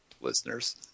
Listeners